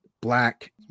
black